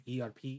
ERP